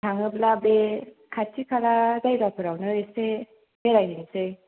थाङोब्ला बे खाथि खाला जायगाफोरावनो एसे बेरायनोसै